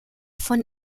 von